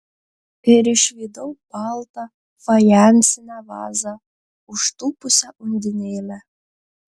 ir išvydau baltą fajansinę vazą užtūpusią undinėlę